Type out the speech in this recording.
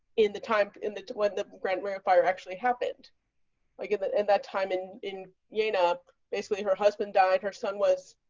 in the time in the when the grant rimfire actually happened like in that in that time in in ghana up basically her husband died, her son was,